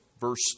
Verse